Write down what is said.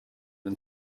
and